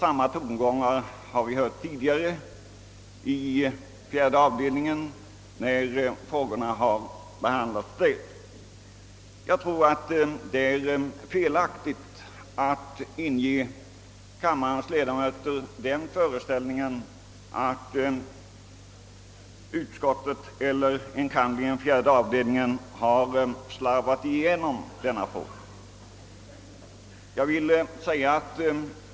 Samma tongångar har vi hört tidigare i statsutskottets fjärde avdelning då frågan behandlades där. Jag tror att det är felaktigt att inge kammarens ledamöter föreställningen att utskottet och enkannerligen dess fjärde avdelning har slarvat igenom denna fråga.